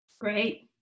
great